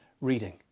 reading